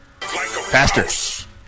Faster